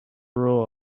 rule